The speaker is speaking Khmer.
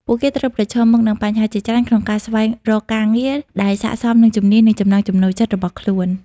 ពួកគេត្រូវប្រឈមមុខនឹងបញ្ហាជាច្រើនក្នុងការស្វែងរកការងារដែលស័ក្តិសមនឹងជំនាញ និងចំណង់ចំណូលចិត្តរបស់ខ្លួន។